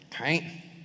Right